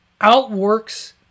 outworks